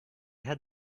had